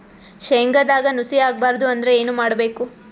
ಶೇಂಗದಾಗ ನುಸಿ ಆಗಬಾರದು ಅಂದ್ರ ಏನು ಮಾಡಬೇಕು?